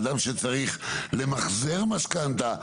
אדם שצריך למחזר משכנתא,